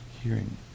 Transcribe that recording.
hearing